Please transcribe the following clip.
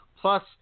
Plus